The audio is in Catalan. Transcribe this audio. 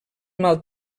mal